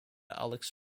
alex